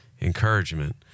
encouragement